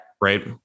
Right